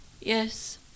Yes